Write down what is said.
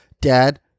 Dad